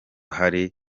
hari